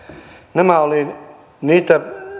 nämä olivat niitä